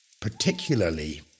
particularly